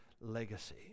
legacy